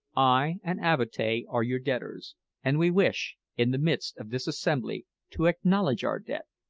i and avatea are your debtors and we wish, in the midst of this assembly, to acknowledge our debt,